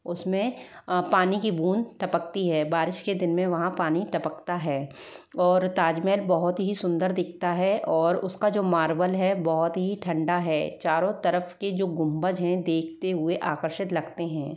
उसमें पानी की बूँद टपकती है बारिश के दिन में वहाँ पानी टपकता है और ताजमहल बहुत ही सुन्दर दिखता है और उसका जो मार्बल है बहुत ही ठंडा है चारों तरफ के जो गुम्बद है देखते हुए आकर्षित लगते हैं